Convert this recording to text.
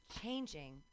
changing